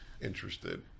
interested